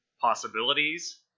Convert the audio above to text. possibilities